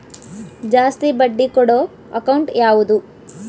ಜಾಸ್ತಿ ಬಡ್ಡಿ ಕೊಡೋ ಅಕೌಂಟ್ ಯಾವುದು?